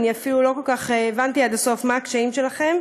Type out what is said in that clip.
אני אפילו לא כל כך הבנתי עד הסוף מה הקשיים שלכם,